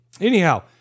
Anyhow